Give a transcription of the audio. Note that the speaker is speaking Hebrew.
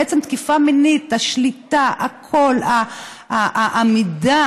בעצם, בתקיפה מינית, השליטה, הקול, העמידה,